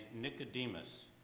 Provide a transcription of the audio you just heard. Nicodemus